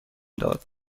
داد